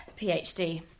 PhD